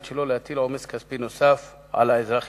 כדי שלא להטיל עומס כספי נוסף על האזרחים.